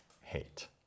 hate